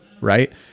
right